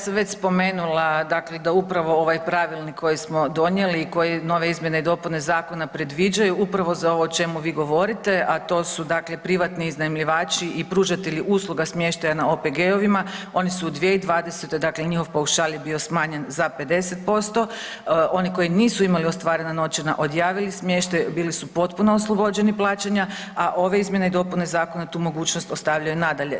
Evo ja sam već spomenula da upravo ovaj pravilnik koji smo donijeli i koje nove izmjene i dopune zakona predviđaju upravo za ovo o čemu vi govorite, a to su privatni iznajmljivači i pružatelji usluga smještaja na OPG-ovima, oni su u 2020. dakle njihov paušal je bio smanjen za 50%, oni koji nisu imali ostvarena noćenja odjavili smještaj bili su potpuno oslobođeni plaćanja, a ove izmjene i dopune zakona tu mogućnost postavljaju nadalje.